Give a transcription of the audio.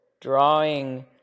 drawing